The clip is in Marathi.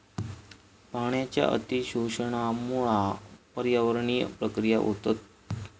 पाण्याच्या अती शोषणामुळा पर्यावरणीय प्रक्रिया होतत